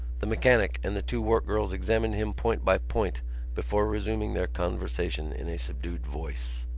the mechanic and the two work-girls examined him point by point before resuming their conversation in a subdued voice.